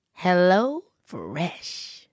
HelloFresh